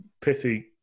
pithy